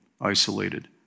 isolated